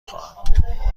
خواهم